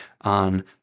on